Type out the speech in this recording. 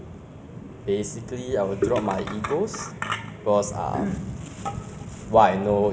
it's like a lot of mountains of work at the like end of the submission week then I need to rush